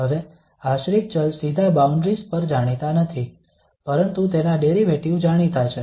હવે આશ્રિત ચલ સીધા બાઉન્ડ્રીઝ પર જાણીતા નથી પરંતુ તેના ડેરિવેટિવ જાણીતા છે